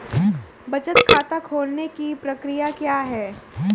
बचत खाता खोलने की प्रक्रिया क्या है?